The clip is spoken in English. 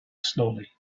slowly